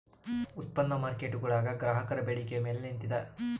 ಉತ್ಪನ್ನ ಮಾರ್ಕೇಟ್ಗುಳು ಗ್ರಾಹಕರ ಬೇಡಿಕೆಯ ಮೇಲೆ ನಿಂತಿದ